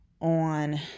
on